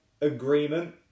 agreement